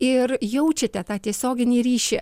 ir jaučiate tą tiesioginį ryšį